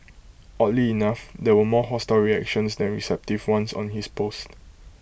oddly enough there were more hostile reactions than receptive ones on his post